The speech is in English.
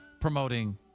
promoting